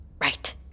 Right